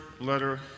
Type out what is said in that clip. letter